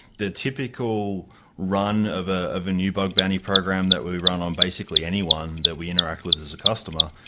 the typical run of a of a new bug bounty program that we we run on basically anyone that we interact with as a customer,